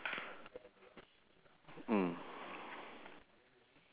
um do you see a man with a white white shirt